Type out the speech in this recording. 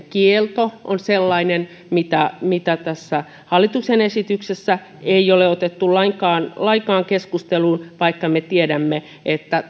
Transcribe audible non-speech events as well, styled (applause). (unintelligible) kielto on sellainen mitä mitä tässä hallituksen esityksessä ei ole otettu lainkaan lainkaan keskusteluun vaikka me tiedämme että